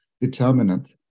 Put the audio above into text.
determinant